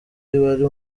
wari